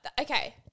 okay